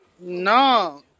No